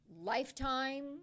lifetime